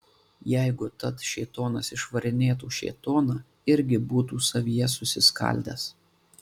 jeigu tad šėtonas išvarinėtų šėtoną irgi būtų savyje susiskaldęs